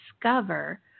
discover